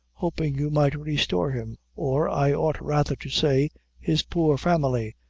hopin' you might restore him or, i ought rather to say his poor family,